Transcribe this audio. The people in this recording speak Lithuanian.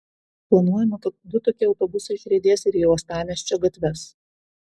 planuojama kad du tokie autobusai išriedės ir į uostamiesčio gatves